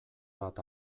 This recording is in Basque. bat